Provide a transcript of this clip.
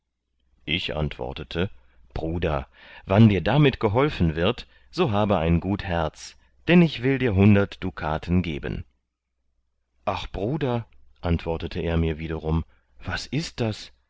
ich antwortete bruder wann dir damit geholfen wird so habe ein gut herz dann ich will dir hundert dukaten geben ach bruder antwortete er mir wiederum was ist das